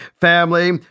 family